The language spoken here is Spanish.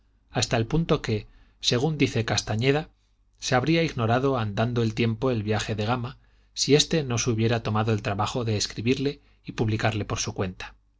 hasta el punto que según dice castañeda se habría ignorado andando el tiempo el viaje de gama si éste no se hubiera tomado el trabajo de escribirle y publicarle por su cuenta